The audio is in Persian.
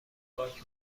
پاک